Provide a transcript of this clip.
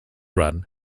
run